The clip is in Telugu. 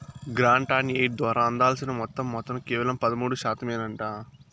గ్రాంట్ ఆన్ ఎయిడ్ ద్వారా అందాల్సిన మొత్తం మాత్రం కేవలం పదమూడు శాతమేనంట